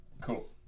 Cool